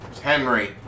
Henry